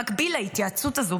במקביל להתייעצות הזאת,